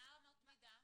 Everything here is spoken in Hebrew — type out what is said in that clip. מה אמות המידה?